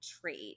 trait